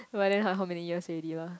but then how how many years already lah